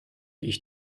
ich